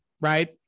right